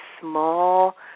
small